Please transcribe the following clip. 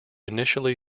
initially